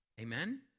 amen